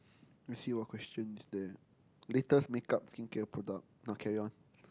let's see what question is there latest make up skincare product nah carry on